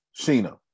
Sheena